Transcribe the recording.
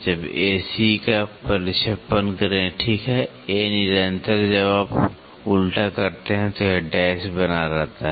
अब A'C का प्रक्षेपण करें ठीक है ए निरंतर जब आप उलटा करते हैं तो यह डैश बना रहता है